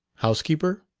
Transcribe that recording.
housekeeper?